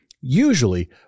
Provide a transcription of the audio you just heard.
Usually